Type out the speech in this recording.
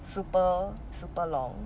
super super long